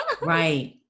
Right